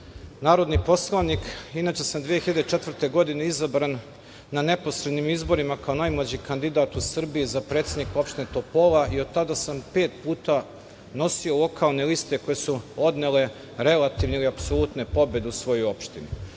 narodni poslanik, inače sam 2004. godine izabran na neposrednim izborima kao najmlađi kandidat Srbije za predsednika opštine Topola i od tada sam pet puta nosio lokalne liste koje su odnele relativne ili apsolutne pobede u svojoj opštini. Sa